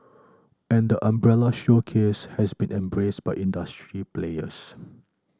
and the umbrella showcase has been embraced by industry players